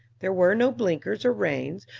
there were no blinkers or reins,